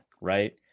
right